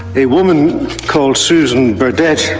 a woman called susan burdett